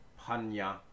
panya